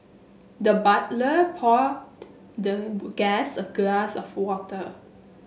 the butler poured the guest a glass of water